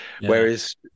Whereas